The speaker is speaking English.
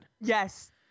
Yes